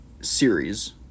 series